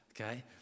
Okay